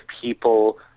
people